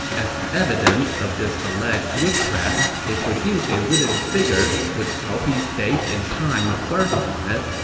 as evidence of this alleged witchcraft, they produced a wooden figure with cao pi's date and time of birth on it,